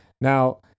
Now